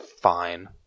fine